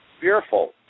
Fearful